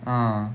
ah